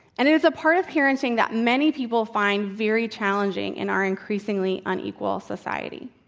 and it's a part of parenting that many people find very challenging in our increasingly unequal society.